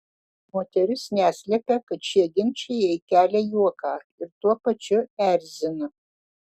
moteris neslepia kad šie ginčai jai kelia juoką ir tuo pačiu erzina